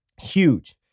huge